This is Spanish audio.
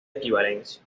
equivalencia